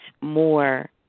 more